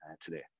today